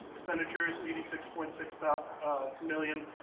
expenditure's eighty six point six million,